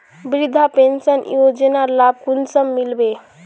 वृद्धा पेंशन योजनार लाभ कुंसम मिलबे?